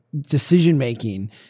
decision-making